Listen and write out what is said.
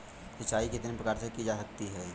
सिंचाई कितने प्रकार से की जा सकती है?